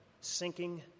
sinking